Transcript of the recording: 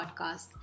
podcast